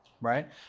right